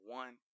one